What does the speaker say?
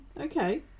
okay